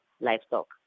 livestock